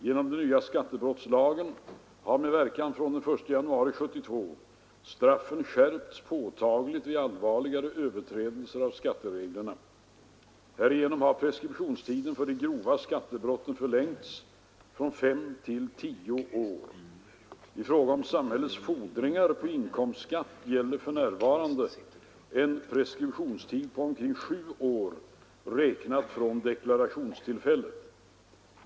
Genom den nya skattebrottslagen har med verkan från den 1 januari 1972 straffen skärpts påtagligt vid allvarligare överträdelser av skattereglerna. Härigenom har preskriptionstiden för de grova skattebrotten förlängts från fem till tio år. I fråga om samhällets fordringar på inkomstskatt gäller för närvarande en preskriptionstid på omkring sju år räknat från deklarationstillfället.